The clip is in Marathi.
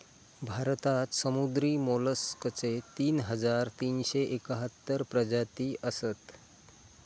भारतात समुद्री मोलस्कचे तीन हजार तीनशे एकाहत्तर प्रजाती असत